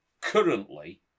currently